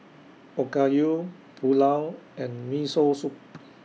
Okayu Pulao and Miso Soup